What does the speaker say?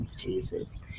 Jesus